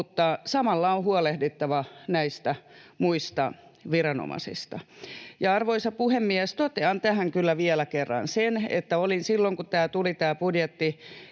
mutta samalla on huolehdittava näistä muista viranomaisista. Arvoisa puhemies! Totean tähän kyllä vielä kerran sen, että olin silloin, kun tämä budjetti tuli